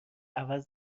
عوض